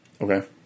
Okay